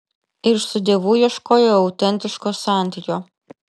ir su dievu ieškojo autentiško santykio